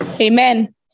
Amen